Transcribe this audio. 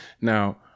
Now